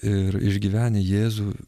ir išgyvenę jėzų